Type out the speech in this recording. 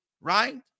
right